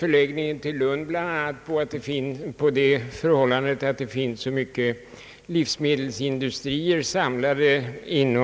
Förläggningen till Lund har bl.a. motiverats med att inom den regionen finns ett stort antal livsmedelsindustrier samlade.